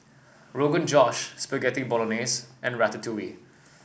Rogan Josh Spaghetti Bolognese and Ratatouille